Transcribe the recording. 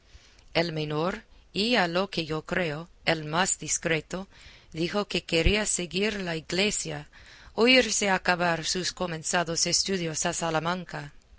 el menor y a lo que yo creo el más discreto dijo que quería seguir la iglesia o irse a acabar sus comenzados estudios a salamanca